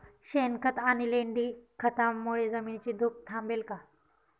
शेणखत आणि लेंडी खतांमुळे जमिनीची धूप थांबेल का?